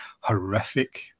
horrific